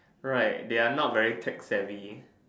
right they are not very tech savvy